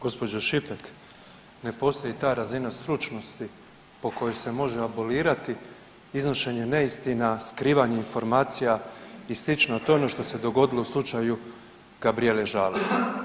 Gospođo Šipek ne postoji ta razina stručnosti po kojoj se može abolirati iznošenje neistina, skrivanje informacija i sl., to je ono što se dogodilo u slučaju Gabrijele Žalac.